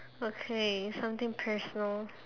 okay something personal